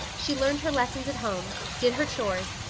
she learned her lessons at home, did her chores,